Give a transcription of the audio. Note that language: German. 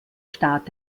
start